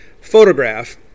Photograph